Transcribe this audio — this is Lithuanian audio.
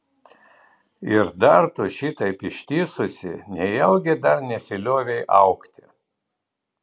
ir dar tu šitaip ištįsusi nejaugi dar nesiliovei augti